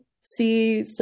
see